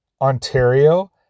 Ontario